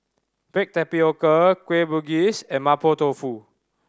baked tapioca Kueh Bugis and Mapo Tofu